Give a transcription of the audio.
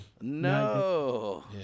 No